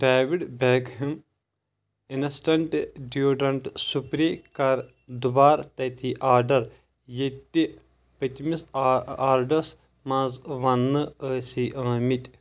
David Beckham instant deodorant spray کر دُبارٕ تٔتی آڈر ییٚتہ پٔتمِس آڈَرس مَنٛز وننہٕ ٲسی ٲمتۍ